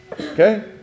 Okay